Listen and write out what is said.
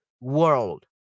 world